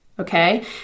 Okay